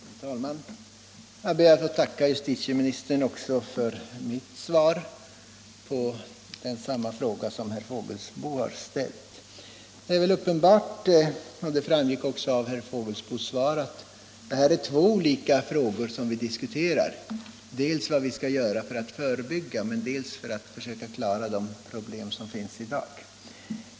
Herr talman! Också jag ber att få tacka justitieministern för svaret på den fråga som ställts både av herr Fågelsbo och av mig själv. Det är väl uppenbart — detta framgick också av herr Fågelsbos anförande — att det är två olika aspekter som vi diskuterar, nämligen vad vi skall göra dels för att förebygga, dels för att försöka klara de problem som finns i dag.